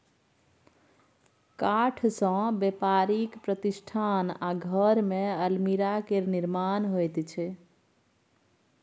काठसँ बेपारिक प्रतिष्ठान आ घरमे अलमीरा केर निर्माण होइत छै